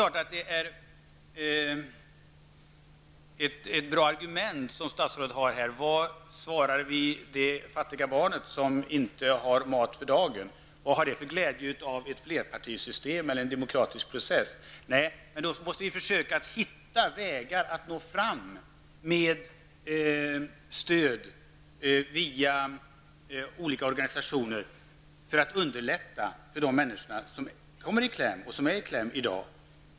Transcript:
Statsrådet har naturligtvis ett bra argument: Vad svarar vi det fattiga barnet som inte har mat för dagen? Vad har det för glädje av ett flerpartisystem eller en demokratisk process? Vi måste försöka hitta vägar att nå fram med stöd via olika organisationer för att underlätta för de människor som kommer i kläm och som är i kläm i dag.